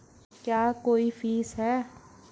क्या कोई फीस है?